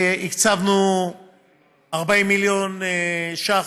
הקצבנו 40 מיליון ש"ח,